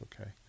okay